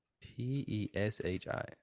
T-E-S-H-I